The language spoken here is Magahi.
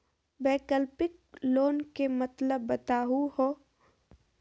वैकल्पिक लोन के मतलब बताहु हो?